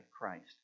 Christ